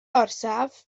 orsaf